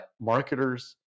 marketers